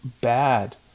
bad